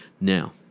Now